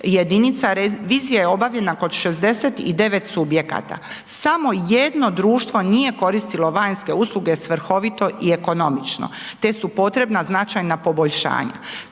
jedinica, vizija je obavljena kod 69 subjekata, samo jedno društvo nije koristilo vanjske usluge svrhovito i ekonomično, te su potrebna značajna poboljšanja.